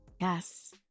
Yes